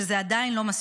שזה עדיין לא מספיק,